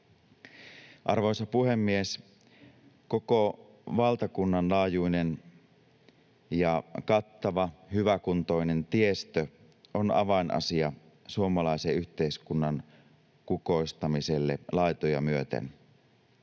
Arvoisa puhemies! Koko valtakunnan laajuinen ja kattava, hyväkuntoinen tiestö on avainasia suomalaisen yhteiskunnan kukoistamiselle laitoja myöten.